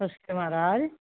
नमस्ते महाराज